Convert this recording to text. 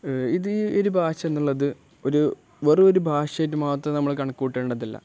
ഇത് ഒരു ഭാഷ എന്നുള്ളത് ഒരു വെറുമൊരു ഭാഷയായിട്ടു മാത്രം നമ്മൾ കണക്കു കൂട്ടേണ്ടതല്ല